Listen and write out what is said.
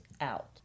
out